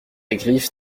griffe